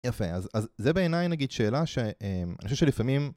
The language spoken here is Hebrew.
יפה, אז זה בעיניי נגיד שאלה שאני חושב שלפעמים...